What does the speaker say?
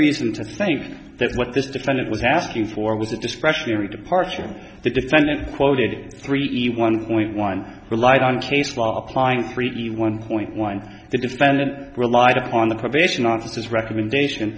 reason to think that what this defendant was asking for was a discretionary departure the defendant quoted three one point one relied on chase law applying three to one point one the defendant relied upon the probation officers recommendation